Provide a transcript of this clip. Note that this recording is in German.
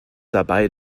dabei